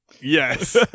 Yes